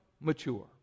mature